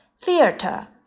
theater